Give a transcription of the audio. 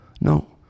No